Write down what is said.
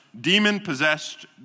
demon-possessed